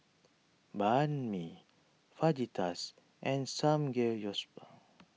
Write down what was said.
Banh Mi Fajitas and Samgeyopsal